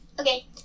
Okay